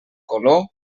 color